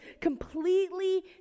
completely